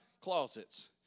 closets